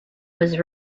was